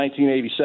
1987